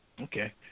Okay